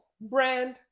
brand